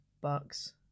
bucks